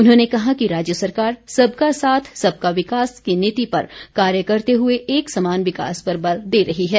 उन्होंने कहा कि राज्य सरकार सबका साथ सबका विकास की नीति पर कार्य करते हुए एक समान विकास पर बल दे रही है